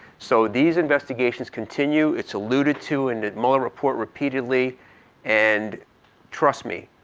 so these investigations continue. it's alluded to in the mueller report repeatedly and trust me,